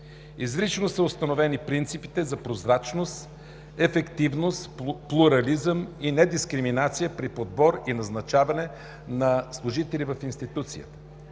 Изрично са установени принципите на прозрачност, ефективност, плурализъм и недискриминация при подбор и назначаване на служители в институцията.